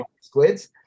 squids